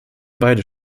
beide